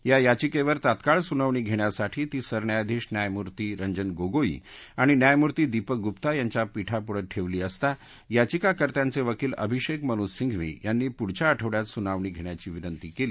या याचिकेवर तात्काळ सुनावणी धेण्यासाठी ती सरन्यायाधीश न्यायमूर्ती रंजन गोगोई आणि न्यायमूर्ती दीपक गुप्ता यांच्या पीठापुढं ठेवली असता याचिकाकत्याचे वकील अभिषेक मनू सिंघवी यांनी पुढच्या आठवडयात सुनावणी घेण्याची विनंती केली